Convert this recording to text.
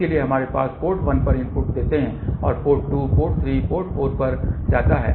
इसलिए हमारे पास पोर्ट 1 पर इनपुट देते है जो पोर्ट 2 पोर्ट 3 और पोर्ट 4 पर जाता है